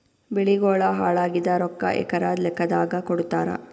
ಬೆಳಿಗೋಳ ಹಾಳಾಗಿದ ರೊಕ್ಕಾ ಎಕರ ಲೆಕ್ಕಾದಾಗ ಕೊಡುತ್ತಾರ?